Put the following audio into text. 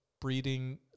breeding